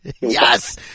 Yes